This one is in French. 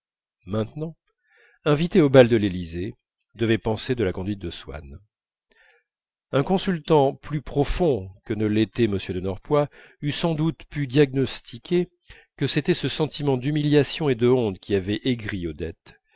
maintenant invitée aux bals de l'élysée devait penser de la conduite de swann un consultant plus profond que ne l'était m de norpois eût sans doute pu diagnostiquer que c'était ce sentiment d'humiliation et de honte qui avait aigri odette